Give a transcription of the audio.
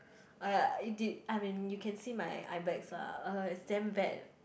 !aiya! it did I mean you can see my eyebags lah uh it's damn bad